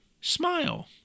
Smile